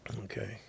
okay